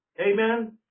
Amen